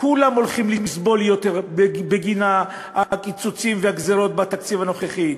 כולם הולכים לסבול יותר בגין הקיצוצים והגזירות בתקציב הנוכחי.